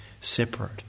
separate